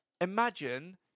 Imagine